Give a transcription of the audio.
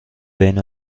بین